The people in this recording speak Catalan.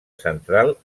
central